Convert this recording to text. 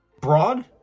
Broad